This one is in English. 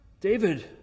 David